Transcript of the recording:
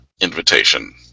invitation